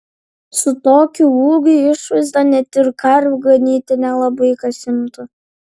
su tokiu ūgiu išvaizda net ir karvių ganyti nelabai kas imtų